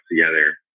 together